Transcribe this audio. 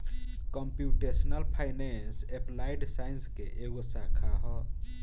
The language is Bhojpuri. कम्प्यूटेशनल फाइनेंस एप्लाइड साइंस के एगो शाखा ह